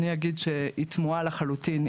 אני אגיד שהיא תמוהה לחלוטין.